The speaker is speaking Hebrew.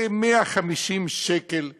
כ-150 שקל לחודש.